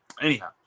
Anyhow